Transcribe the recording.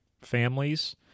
families